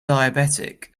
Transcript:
diabetic